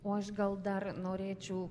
o aš gal dar norėčiau